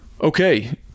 Okay